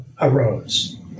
arose